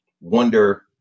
wonder